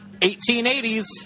1880s